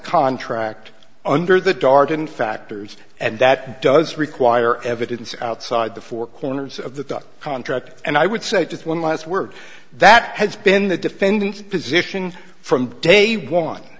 contract under the dardenne factors and that does require evidence outside the four corners of the contract and i would say just one last word that has been the defendant position from day one